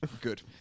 Good